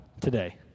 today